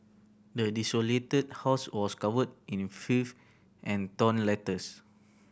the house was covered in filth and torn letters